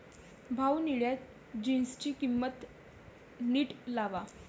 भाऊ, निळ्या जीन्सची किंमत नीट लावा